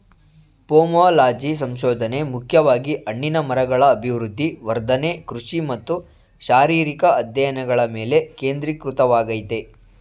pomology ಸಂಶೋಧನೆ ಮುಖ್ಯವಾಗಿ ಹಣ್ಣಿನ ಮರಗಳ ಅಭಿವೃದ್ಧಿ ವರ್ಧನೆ ಕೃಷಿ ಮತ್ತು ಶಾರೀರಿಕ ಅಧ್ಯಯನಗಳ ಮೇಲೆ ಕೇಂದ್ರೀಕೃತವಾಗಯ್ತೆ